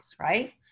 Right